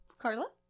Carla